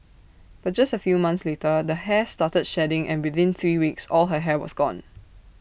but just A few months later the hair started shedding and within three weeks all her hair was gone